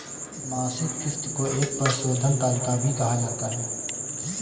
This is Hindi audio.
मासिक किस्त को एक परिशोधन तालिका भी कहा जाता है